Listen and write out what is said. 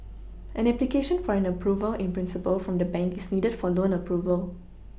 an application for an Approval in Principle from the bank is needed for loan Approval